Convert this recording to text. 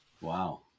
wow